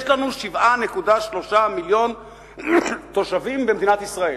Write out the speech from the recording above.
יש לנו 7.3 מיליוני תושבים במדינת ישראל,